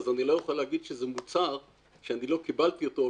אני לא יכול להגיד שזה מוצר שלא קיבלתי אותו או